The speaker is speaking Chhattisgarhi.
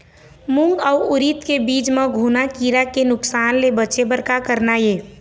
मूंग अउ उरीद के बीज म घुना किरा के नुकसान ले बचे बर का करना ये?